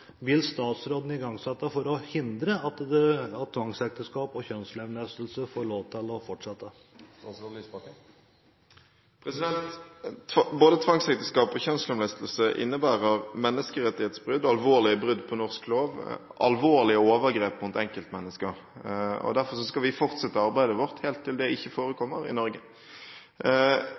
vil statsråden igangsette for å hindre at tvangsekteskap og kjønnslemlestelse får lov til å fortsette? Både tvangsekteskap og kjønnslemlestelse innebærer menneskerettighetsbrudd, alvorlige brudd på norsk lov og alvorlige overgrep mot enkeltmennesker. Derfor skal vi fortsette arbeidet vårt helt til det ikke forekommer i Norge.